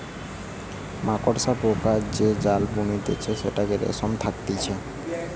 মাকড়সা পোকা যে জাল বুনতিছে সেটাতে রেশম থাকতিছে